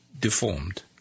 deformed